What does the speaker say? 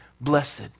blessed